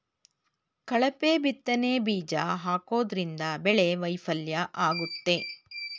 ಕಳಪೆ ಬಿತ್ತನೆ ಬೀಜ ಹಾಕೋದ್ರಿಂದ ಬೆಳೆ ವೈಫಲ್ಯ ಆಗುತ್ತೆ